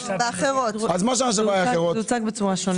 זה הוצג בצורה שונה.